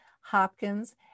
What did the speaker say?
Hopkins